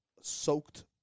soaked